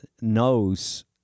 knows